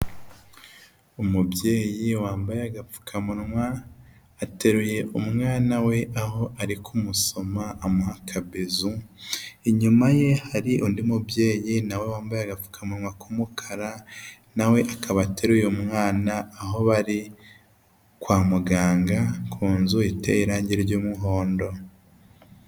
Umubyeyi wambaye agapfukamunwa ateruye umwana we aho ari kumusoma amuha akabizu. Inyuma ye hari undi mubyeyi nawe wambaye agapfukamunwa k'umukara nawe akaba ateruye umwana aho bari kwa muganga ku nzu iteye irangi ry'umuhondo.